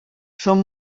són